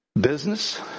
business